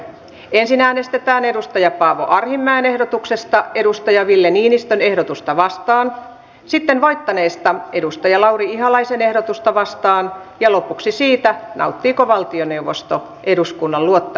ensin äänestetään paavo arhinmäen ehdotuksesta ville niinistön ehdotusta vastaan sitten voittaneesta lauri ihalaisen ehdotusta vastaan ja lopuksi siitä nauttiiko valtioneuvosto eduskunnan luotto